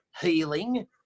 healing